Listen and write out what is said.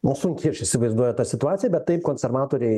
nu sunkiai aš įsivaizduoju tą situaciją bet taip konservatoriai